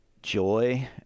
joy